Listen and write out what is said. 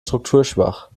strukturschwach